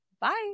Bye